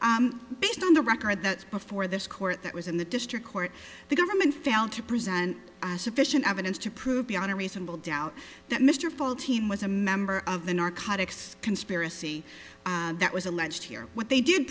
but based on the record that's before this court that was in the district court the government failed to present sufficient evidence to prove beyond a reasonable doubt that mr fuld team was a member of the narcotics conspiracy that was alleged here what they did